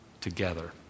together